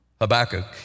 Habakkuk